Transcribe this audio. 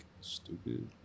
stupid